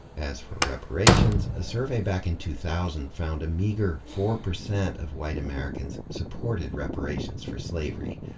as for reparations, a survey back in two thousand found a meager four percent of white americans supported reparations for slavery.